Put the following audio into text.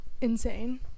insane